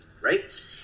right